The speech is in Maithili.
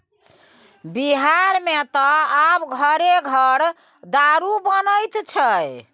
बिहारमे त आब घरे घर दारू बनैत छै